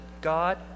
God